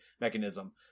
mechanism